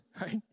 right